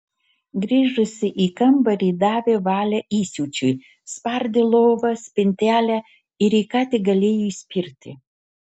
grįžusi į kambarį davė valią įsiūčiui spardė lovą spintelę ir į ką tik galėjo įspirti